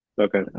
Okay